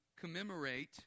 commemorate